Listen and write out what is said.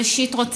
ראשית,